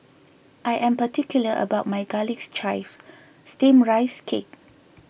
I am particular about my Garlic Chives Steamed Rice Cake